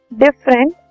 different